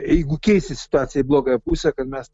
jeigu keisis situacija į blogąją pusę kad mes